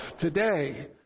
today